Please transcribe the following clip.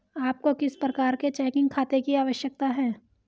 आपको किस प्रकार के चेकिंग खाते की आवश्यकता है?